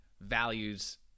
values